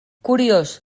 curiós